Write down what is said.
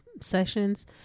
sessions